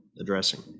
addressing